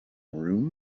room